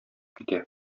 китә